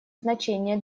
значение